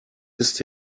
ist